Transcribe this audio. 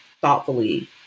thoughtfully